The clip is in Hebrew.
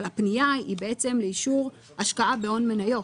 אבל בעצם הפנייה היא לאישור השקעה בהון מניות.